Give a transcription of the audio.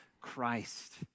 Christ